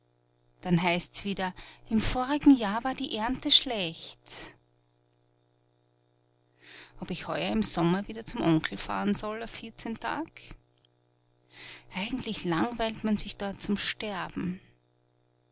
dann heißt's wieder im vorigen jahr war die ernte schlecht ob ich heuer im sommer wieder zum onkel fahren soll auf vierzehn tag eigentlich langweilt man sich dort zum sterben